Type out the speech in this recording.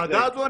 בוועדה הזו,